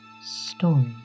story